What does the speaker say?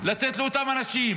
לאותם אנשים